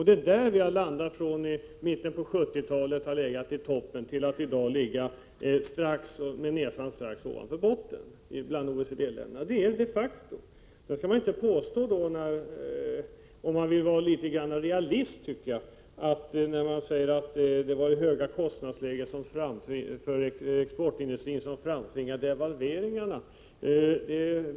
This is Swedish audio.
Det är där vi har landat, från att i mitten av 1970-talet ha legat i toppen till att ligga strax över botten. Det är ett faktum. Om man vill vara realist skall man inte påstå att det var det höga kostnadsläget för exportindustrin som framtvingade devalveringarna.